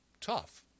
tough